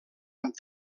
amb